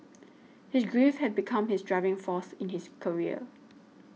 his grief had become his driving force in his career